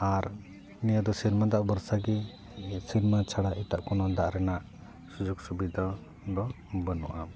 ᱟᱨ ᱱᱤᱭᱟᱹ ᱫᱚ ᱥᱮᱨᱢᱟ ᱫᱟᱜ ᱵᱷᱚᱨᱥᱟ ᱜᱮ ᱥᱮᱨᱢᱟ ᱪᱷᱟᱲᱟ ᱮᱴᱟᱜ ᱠᱳᱱᱳ ᱫᱟᱜ ᱨᱮᱱᱟᱜ ᱥᱩᱡᱳᱜ ᱥᱩᱵᱤᱫᱟ ᱫᱚ ᱵᱟᱹᱱᱩᱜᱼᱟ